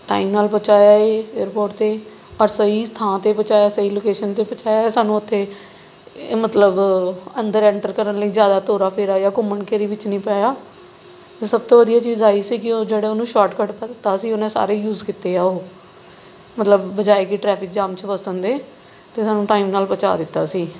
time ਨਾਲ਼ ਪਹੁੰਚਾਇਆ ਏ ਏਅਰਪੋਰਟ 'ਤੇ ਔਰ ਸਹੀ ਥਾਂ 'ਤੇ ਪਹੁੰਚਾਇਆ ਸਹੀ ਲੌਕੇਸ਼ਨ 'ਤੇ ਪਹੁੰਚਾਇਆ ਹੈ ਸਾਨੂੰ ਉੱਥੇ ਅ ਮਤਲਬ ਅੰਦਰ ਐਂਟਰ ਕਰਨ ਲਈ ਜ਼ਿਆਦਾ ਤੋਰਾ ਫੇਰਾ ਜਾਂ ਘੁੰਮਣ ਘੇਰੀ ਵਿੱਚ ਨਹੀਂ ਪਾਇਆ ਸਭ ਤੋਂ ਵਧੀਆ ਚੀਜ਼ ਆਹੀ ਸੀ ਕਿ ਉਹ ਜਿਹੜੇ ਉਹਨੂੰ ਸ਼ਾਟਕੱਟ ਪਤਾ ਸੀ ਉਹਨੇ ਸਾਰੇ ਯੂਜ਼ ਕੀਤੇ ਆ ਉਹ ਮਤਲਬ ਬਜਾਏ ਕਿ ਟ੍ਰੈਫ਼ਿਕ ਜਾਮ 'ਚ ਫਸਣ ਦੇ ਅਤੇ ਸਾਨੂੰ ਟਾਈਮ ਨਾਲ਼ ਪਹੁੰਚਾ ਦਿੱਤਾ ਸੀ